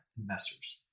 investors